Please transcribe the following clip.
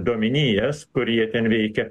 dominijos kur jie ten veikia